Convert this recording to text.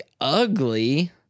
Ugly